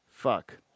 Fuck